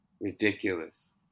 ridiculous